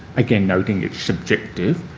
again, noting it's subjective,